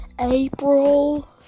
April